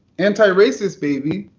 antiracist baby